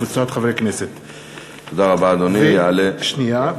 שלי יחימוביץ,